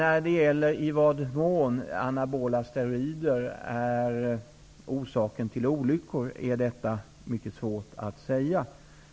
Frågan om i vad mån anabola steroider är orsaken till olyckor är svår att besvara.